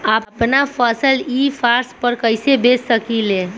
आपन फसल e commerce पर कईसे बेच सकिले?